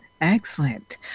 Excellent